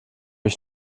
ich